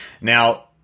Now